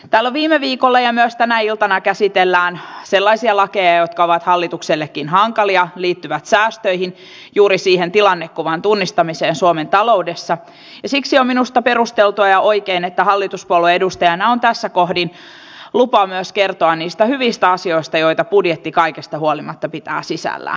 täällä on viime viikolla käsitelty ja myös tänä iltana käsitellään sellaisia lakeja jotka ovat hallituksellekin hankalia liittyvät säästöihin juuri siihen tilannekuvan tunnistamiseen suomen taloudessa ja siksi minusta on perusteltua ja oikein että hallituspuolueen edustajana on tässä kohdin lupa myös kertoa niistä hyvistä asioista joita budjetti kaikesta huolimatta pitää sisällään